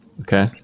Okay